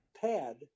pad